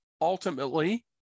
ultimately